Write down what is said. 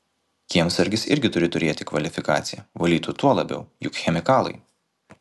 kiemsargis irgi turi turėti kvalifikaciją valytoja tuo labiau juk chemikalai